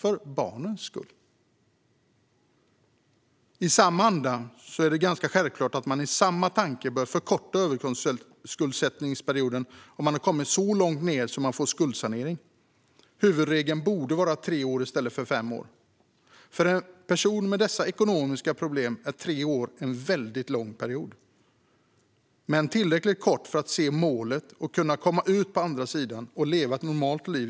I samma anda är det ganska självklart att man bör förkorta överskuldsättningsperioden för dem som kommit så långt ned att de får skuldsanering. Huvudregeln borde vara tre år i stället för fem år. För en person med dessa ekonomiska problem är tre år en väldigt lång period. Men den är tillräckligt kort för att personen kan se målet och kunna komma ut på andra sidan och leva ett normalt igen.